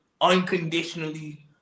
unconditionally